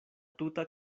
tuta